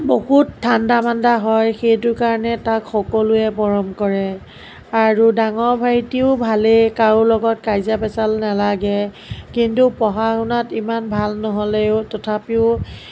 বহুত ঠাণ্ডা মাণ্ডা হয় সেইটো কাৰণে তাক সকলোৱে মৰম কৰে আৰু ডাঙৰ ভাইটিও ভালেই কাৰো লগত কাজিয়া পেঁচাল নেলাগে কিন্তু পঢ়া শুনাত ইমান ভাল নহ'লেও তথাপিও